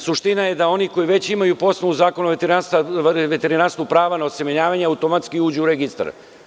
Suština je da oni koji već imaju po osnovu Zakona o veterinarstvu pravo na osemenjavanje da uđu u registar.